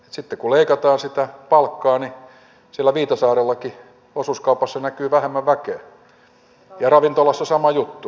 sitten kun leikataan sitä palkkaa niin siellä viitasaarellakin osuuskaupassa näkyy vähemmän väkeä ja ravintolassa sama juttu